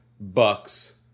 Bucks